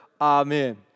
Amen